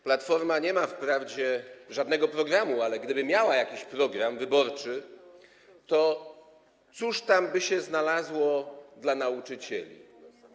Platforma nie ma wprawdzie żadnego programu, ale gdyby miała jakiś program wyborczy, to cóż tam by się znalazło dla nauczycieli?